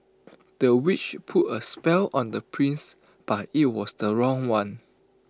the witch put A spell on the prince but IT was the wrong one